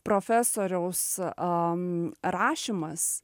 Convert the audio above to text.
profesoriaus a rašymas